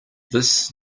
this